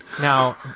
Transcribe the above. Now